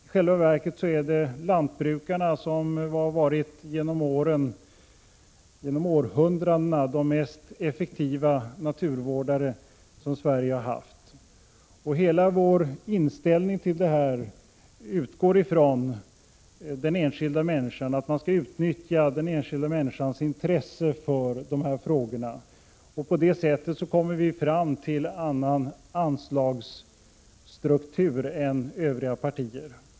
I själva verket har lantbrukarna genom århundradena varit de mest effektiva naturvårdare som Sverige har haft. Hela vår inställning till dessa frågor utgår från att man skall utnyttja den enskilda människans intresse. På det sättet kommer vi fram till en annan anslagsstruktur än övriga partier.